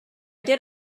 did